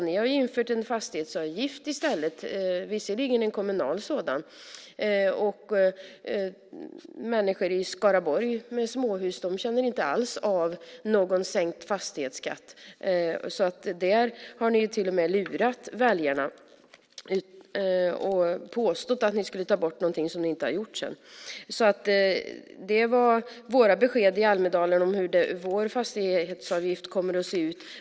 Ni har infört en fastighetsavgift i stället - visserligen en kommunal sådan men ändå. Människor med småhus i Skaraborg känner inte alls av någon sänkt fastighetsskatt. Där har ni till och med lurat väljarna och påstått att ni skulle ta bort någonting som ni sedan inte har gjort. Det var våra besked i Almedalen om hur vår fastighetsavgift kommer att se ut.